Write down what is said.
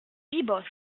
ibos